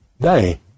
day